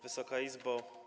Wysoka Izbo!